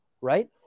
right